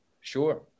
Sure